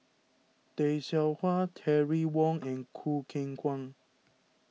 Tay Seow Huah Terry Wong and Choo Keng Kwang